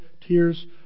tears